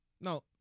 No